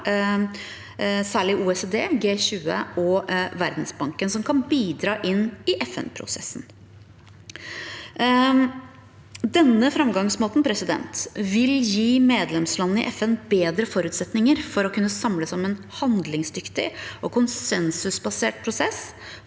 særlig i OECD, i G20 og i Verdensbanken, som kan bidra inn i FN-prosessen. Denne framgangsmåten vil gi medlemslandene i FN bedre forutsetninger for å kunne samle sammen en handlingsdyktig og konsensusbasert prosess